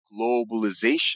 globalization